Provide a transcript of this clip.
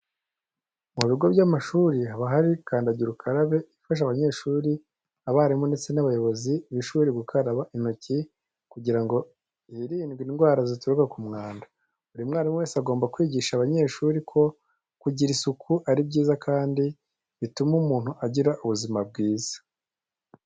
Mu bigo by'amashuri haba hari kandagira ukarabe ifasha abanyeshuri, abarimu ndetse n'abayobozi b'ishuri gukaraba intoki kugira ngo hirindwe indwara zituruka ku mwanda. Buri mwarimu wese agomba kwigisha abanyeshuri ko kugira isuku ari byiza kandi bituma umuntu agira ubuzima bwiza.